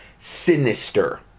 sinister